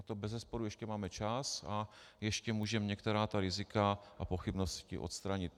Na to bezesporu ještě máme čas a ještě můžeme některá rizika a pochybnosti odstranit.